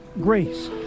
grace